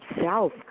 self